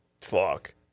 Fuck